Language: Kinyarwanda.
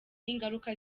ingaruka